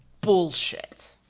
bullshit